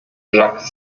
jacques